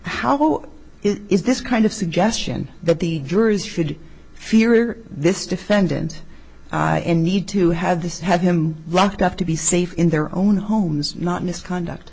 how is this kind of suggestion that the jurors should fear this defendant and need to have this have him locked up to be safe in their own homes not misconduct